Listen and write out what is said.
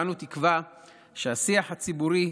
ואנו תקווה שהשיח הציבורי